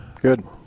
Good